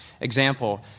example